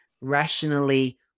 rationally